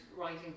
writing